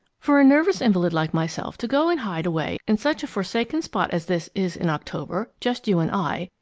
for a nervous invalid like myself to go and hide away in such a forsaken spot as this is in october, just you and i,